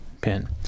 pin